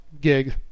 gig